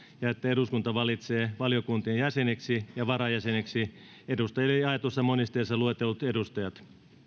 ja että eduskunta valitsee valiokuntien jäseniksi ja varajäseniksi edustajille jaetussa monisteessa luetellut edustajat